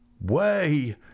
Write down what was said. Way